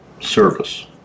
service